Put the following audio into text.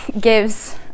gives